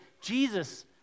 Jesus